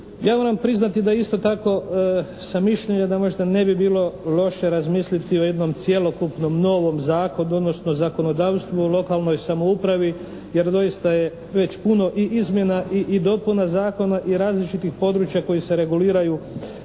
Ja moram priznati da isto tako sam mišljenja da možda ne bi bilo loše razmisliti o jednom cjelokupnom novom zakonu odnosno zakonodavstvu o lokalnoj samoupravi jer doista je već puno i izmjena i dopuna zakona i različitih područja koja se reguliraju